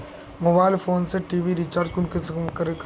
Mobile phone से TV recharge कुंसम करे करूम?